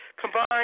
combined